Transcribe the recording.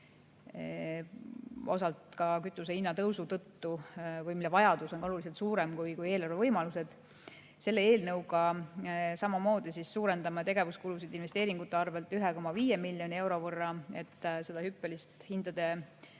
osalt ka kütuse hinna tõusu tõttu või mille vajadus on oluliselt suurem kui eelarve võimalused. Selle eelnõuga samamoodi suurendame tegevuskulusid investeeringute arvel 1,5 miljoni euro võrra, et seda hüppelisest hindade